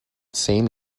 same